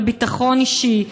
לביטחון אישי,